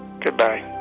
goodbye